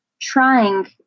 trying